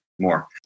more